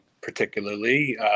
particularly